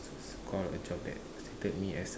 call a job that suited me as a